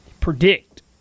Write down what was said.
predict